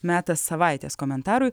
metas savaitės komentarui